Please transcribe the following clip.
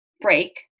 break